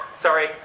Sorry